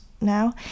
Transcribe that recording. now